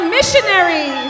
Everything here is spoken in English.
Missionary